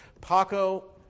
Paco